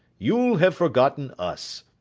you'll have forgotten us.